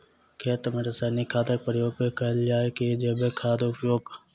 खेत मे रासायनिक खादक प्रयोग कैल जाय की जैविक खादक प्रयोग?